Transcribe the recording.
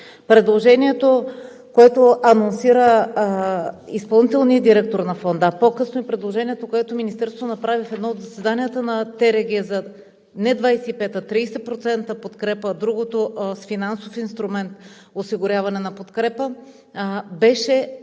Предложението, което анонсира изпълнителният директор на Фонда, а по-късно и предложението, което Министерството направи в едно от заседанията на ТРГ – не за 25%, а 30% подкрепа, а другото – с финансов инструмент за осигуряване на подкрепа, беше